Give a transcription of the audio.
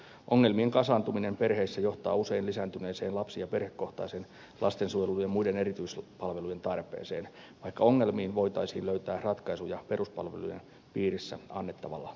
ongelmien kasaantuminen perheissä johtaa usein lisääntyneeseen lapsi ja perhekohtaisen lastensuojelu ja muiden erityispalvelujen tarpeeseen vaikka ongelmiin voitaisiin löytää ratkaisuja peruspalvelujen piirissä annettavalla tuella